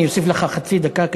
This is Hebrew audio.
אני אוסיף לך חצי דקה.